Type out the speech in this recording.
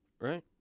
Right